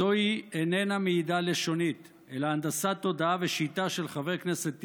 זוהי איננה מעידה לשונית אלא הנדסת תודעה ושיטה של חבר הכנסת טיבי,